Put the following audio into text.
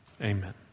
Amen